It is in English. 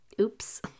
Oops